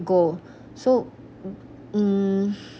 go so ugh